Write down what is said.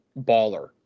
baller